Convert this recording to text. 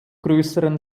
größeren